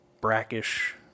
brackish